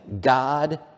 God